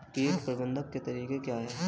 कीट प्रबंधन के तरीके क्या हैं?